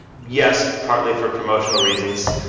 yes, partly for promotional reasons,